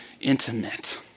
intimate